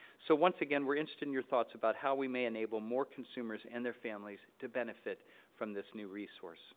so once again, we're interested in your thoughts about how we may enable more consumers and their families to benefit from this new resource